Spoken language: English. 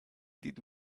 did